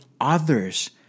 others